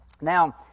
Now